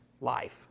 Life